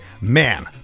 man